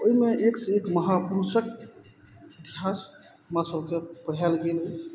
ओइमे एक एक महापुरुषक इतिहास हमरा सबके पढ़ायल गेल अइ